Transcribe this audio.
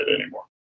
anymore